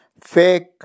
fake